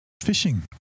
fishing